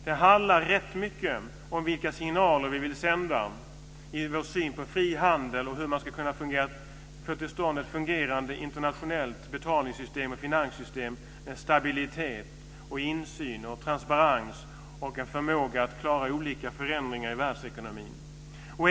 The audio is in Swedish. Det handlar rätt mycket om vilka signaler vi vill sända om vår syn på frihandel och om hur man ska kunna få till stånd ett fungerande internationellt betalningssystem och finanssystem med stabilitet, insyn, transparens och en förmåga att klara olika förändringar i världsekonomin.